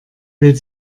will